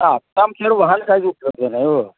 हां आता आमच्याकडं वाहनंच काय उपलब्ध नाही अहो हो